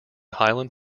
highland